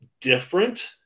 different